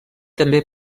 també